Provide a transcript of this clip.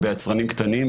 ביצרנים קטנים,